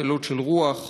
לשאלות של רוח.